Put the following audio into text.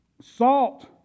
salt